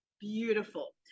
beautiful